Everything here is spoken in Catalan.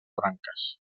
branques